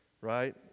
right